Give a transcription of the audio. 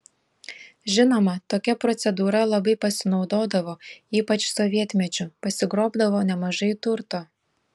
žinoma tokia procedūra labai pasinaudodavo ypač sovietmečiu pasigrobdavo nemažai turto